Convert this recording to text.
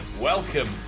Welcome